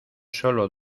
sólo